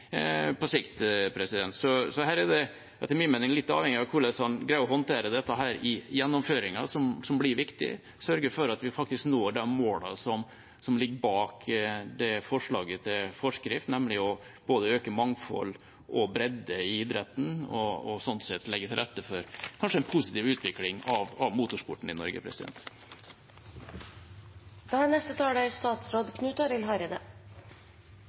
på sikt. Så her er det etter min mening hvordan man greier å håndtere dette i gjennomføringen, som blir viktig for å sørge for at vi faktisk når de målene som ligger bak forslaget til forskrift, nemlig å øke både mangfoldet og bredden i idretten og slik sett også kanskje legge til rette for en positiv utvikling av motorsporten i Norge.